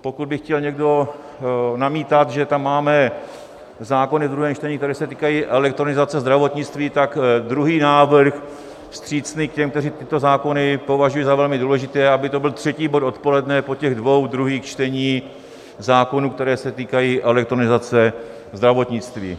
Pokud by chtěl někdo namítat, že tam máme zákony ve druhém čtení, které se týkají elektronizace zdravotnictví, tak druhý návrh, vstřícný k těm, kteří tyto zákony považují za velmi důležité, aby to byl třetí bod odpoledne po těch dvou druhých čteních zákonů, které se týkají elektronizace zdravotnictví.